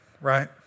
Right